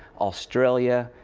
australia,